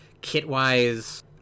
kit-wise